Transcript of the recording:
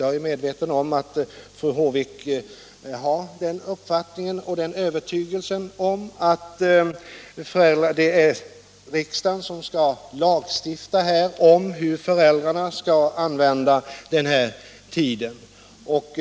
Jag är medveten om att fru Håvik har den uppfattningen att det är riksdagen som skall lagstifta om hur föräldrarna skall använda denna tid.